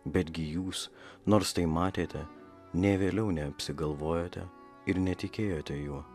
betgi jūs nors tai matėte nei vėliau neapsigalvojote ir netikėjote juo